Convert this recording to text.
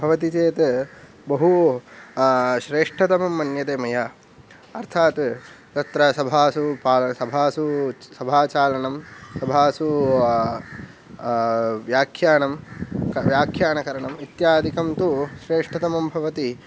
भवति चेत् बहु श्रेष्ठतमं मन्यते मया अर्थात् तत्र सभासु सभासु सभाचालनं सभासु व्याख्यानं व्याख्यानकरणम् इत्यादिकं तु श्रेष्ठतमं भवति